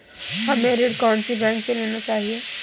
हमें ऋण कौन सी बैंक से लेना चाहिए?